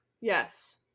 Yes